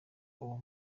uwo